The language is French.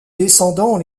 descendants